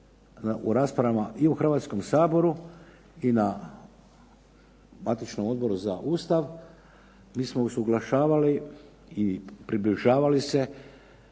u raspravama i u Hrvatskom saboru i na matičnom Odboru za Ustav mi smo usuglašavala i približavali se